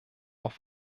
auf